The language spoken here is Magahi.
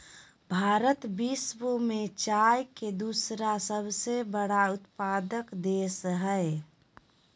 भारत विश्व में चाय के दूसरा सबसे बड़ा उत्पादक देश हइ